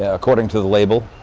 ah according to the label